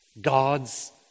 God's